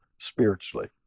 spiritually